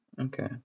Okay